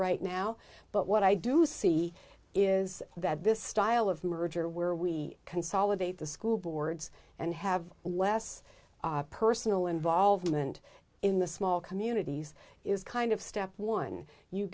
right now but what i do see is that this style of merger where we consolidate the school boards and have less yes personal involvement in the small communities is kind of step one you